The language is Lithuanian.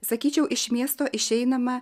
sakyčiau iš miesto išeinama